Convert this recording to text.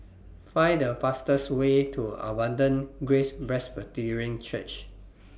Find The fastest Way to Abundant Grace Presbyterian Church